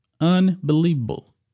Unbelievable